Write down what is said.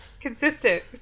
Consistent